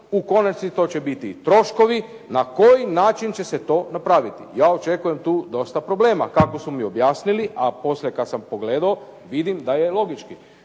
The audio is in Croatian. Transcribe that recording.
u konačnici to će biti i troškovi. Na koji način će se to napraviti? Ja očekujem tu dosta problema. Kako su mi objasnili, a poslije kad sam pogledao vidim da je logički.